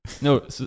no